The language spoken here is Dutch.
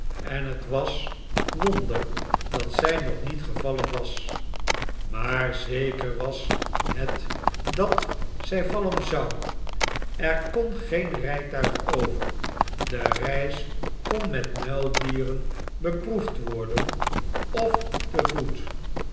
en het was wonder dat zij nog niet gevallen was maar zeker was het dat zij vallen zou er kon geen rijtuig over de reis kon met muildieren beproef worden of te voet